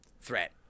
threat